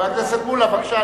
בבקשה.